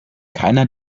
keiner